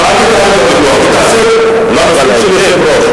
לא, אני רק אומר, אל תתערב בוויכוח.